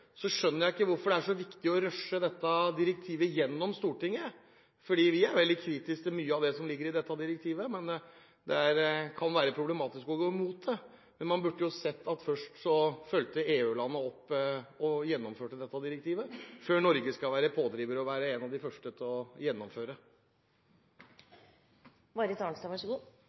så viktig å rushe dette direktivet gjennom i Stortinget. Vi er veldig kritiske til mye av det som ligger i dette direktivet, men det kan være problematisk å gå imot det. Man burde jo først sett at EU-landene fulgte opp og gjennomførte dette direktivet, før Norge var pådriver og en av de første til å gjennomføre